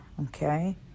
Okay